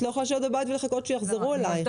את לא יכולה לשבת בבית ולחכות שיחזרו אלייך.